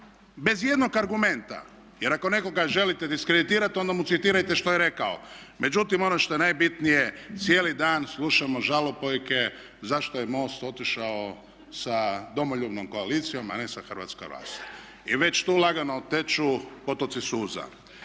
bez ijednog argumenta. Jer ako nekoga želite diskreditirati onda mu citirajte što je rekao. Međutim, ono što je najbitnije cijeli dan slušamo žalopojke zašto je MOST otišao sa Domoljubnom koalicijom a ne sa Hrvatska raste. I već tu lagano teku potoci suza.